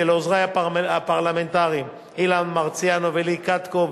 ולעוזרי הפרלמנטריים אילן מרסיאנו ולי קטקוב,